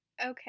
Okay